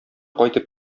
кайтып